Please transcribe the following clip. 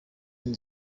inzu